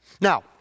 Now